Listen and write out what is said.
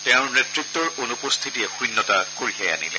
তেওঁৰ নেতৃত্বৰ অনুপস্থিতিয়ে শুন্যতা কঢ়িয়াই আনিলে